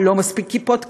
לא מספיק כיפות כאלה,